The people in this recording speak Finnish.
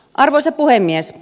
arvoisa puhemies